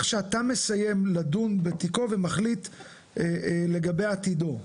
שאתה מסיים לדון בתיקו ומחליט לגבי עתידו?